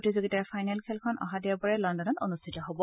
প্ৰতিযোগিতাৰ ফাইনেল খেলখন অহা দেওবাৰে লণ্ডনত অনুষ্ঠিত হব